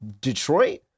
Detroit